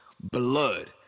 blood